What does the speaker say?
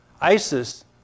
ISIS